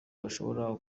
bashobora